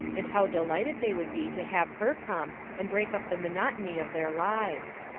and how delighted they would be to have her come and break up the monotony of their lives.